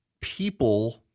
People